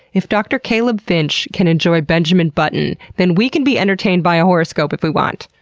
if dr. caleb finch can enjoy benjamin button, then we can be entertained by a horoscope if we want.